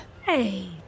Hey